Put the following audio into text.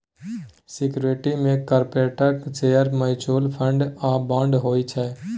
security मे कारपोरेटक share, mutual fund आ बांड होइ छै